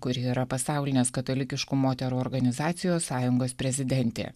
kuri yra pasaulinės katalikiškų moterų organizacijos sąjungos prezidentė